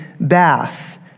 bath